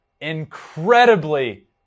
incredibly